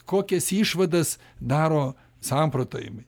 kokias išvadas daro samprotavimai